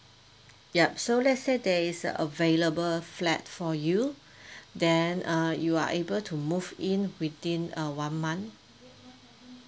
yup so let's say there is a available flat for you then uh you are able to move in within uh one month